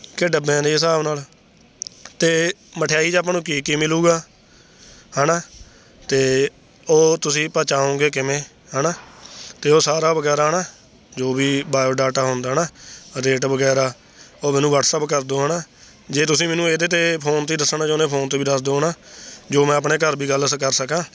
ਕਿ ਡੱਬਿਆਂ ਦੇ ਹਿਸਾਬ ਨਾਲ ਅਤੇ ਮਠਿਆਈ 'ਚ ਆਪਾਂ ਨੂੰ ਕੀ ਕੀ ਮਿਲੇਗਾ ਹੈ ਨਾ ਅਤੇ ਉਹ ਤੁਸੀਂ ਪਹੁੰਚਾਉਗੇ ਕਿਵੇਂ ਹੈ ਨਾ ਅਤੇ ਉਹ ਸਾਰਾ ਵਗੈਰਾ ਹੈ ਨਾ ਜੋ ਵੀ ਬਾਇਓਡਾਟਾ ਹੁੰਦਾ ਹੈ ਨਾ ਰੇਟ ਵਗੈਰਾ ਉਹ ਮੈਨੂੰ ਵਟਸਐਪ ਕਰ ਦਿਉ ਹੈ ਨਾ ਜੇ ਤੁਸੀਂ ਮੈਨੂੰ ਇਹਦੇ 'ਤੇ ਫੋਨ 'ਤੇ ਦੱਸਣਾ ਚਾਹੁੰਦੇ ਫੋਨ 'ਤੇ ਵੀ ਦੱਸ ਦਿਉ ਹੈ ਨਾ ਜੋ ਮੈਂ ਆਪਣੇ ਘਰ ਵੀ ਗੱਲ ਸ ਕਰ ਸਕਾਂ